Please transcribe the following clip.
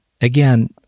again